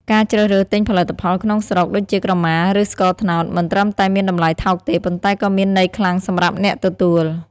ការជ្រើសរើសទិញផលិតផលក្នុងស្រុក ដូចជាក្រមា ឬស្ករត្នោត មិនត្រឹមតែមានតម្លៃថោកទេ ប៉ុន្តែក៏មានន័យខ្លាំងសម្រាប់អ្នកទទួល។